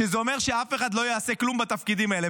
שזה אומר שאף אחד לא יעשה כלום בתפקידים האלה.